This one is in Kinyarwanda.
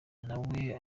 nawe